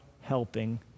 helping